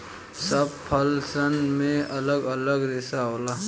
सब फल सन मे अलग अलग रेसा होला